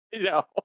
No